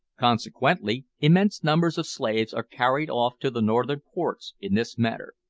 consequently immense numbers of slaves are carried off to the northern ports in this manner.